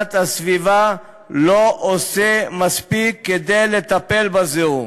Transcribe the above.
להגנת הסביבה לא עושה מספיק כדי לטפל בזיהום.